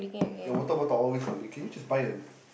you water bottle always got leaking just buy a